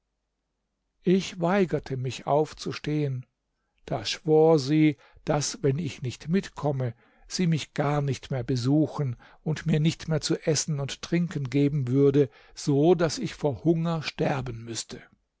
ich weigerte mich aufzustehen da schwor sie daß wenn ich nicht mitkomme sie mich gar nicht mehr besuchen und mir nicht mehr zu essen und trinken geben würde so daß ich vor hunger sterben müßte